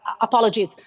apologies